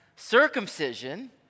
Circumcision